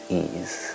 ease।